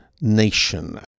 nation